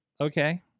Okay